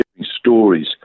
stories